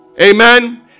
Amen